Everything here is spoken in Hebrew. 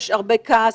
יש הרבה כעס,